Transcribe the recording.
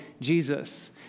Jesus